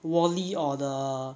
wall E or the